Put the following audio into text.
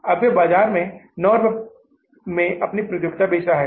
अब वे बाजार में 9 रुपये में आपकी प्रतियोगिता बेच रहे हैं